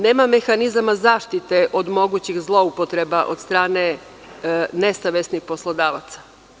Nema mehanizama zaštite od mogućih zloupotreba od strane nesavestnih poslodavaca.